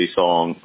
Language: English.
song